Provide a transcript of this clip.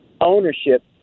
ownership